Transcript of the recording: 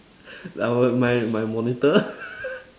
like well my my monitor